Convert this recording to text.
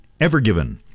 Evergiven